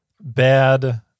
bad